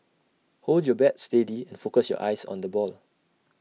hold your bat steady and focus your eyes on the ball